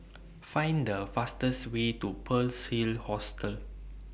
Find The fastest Way to Pearl's Hill Hostel